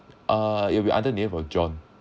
uh it will be under name of john